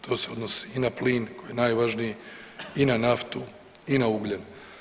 To se odnosi i na plin koji je najvažniji i na naftu i na ugljen.